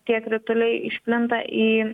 tie krituliai išplinta į